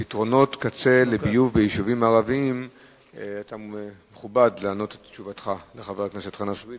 בגלל עיכובים במתן ההיתרים להנחת הצינור בשטחי הדרוזים